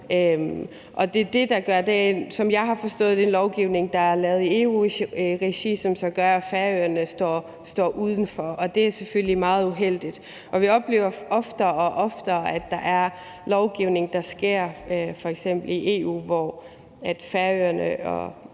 databeskyttelsesregler. Og som jeg har forstået den lovgivning, der er lavet i EU-regi, er det det, som så gør, at Færøerne står uden for. Og det er selvfølgelig meget uheldigt. Vi oplever oftere og oftere, at der er lovgivning, der kommer fra f.eks. EU, hvor Færøerne og